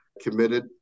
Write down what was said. committed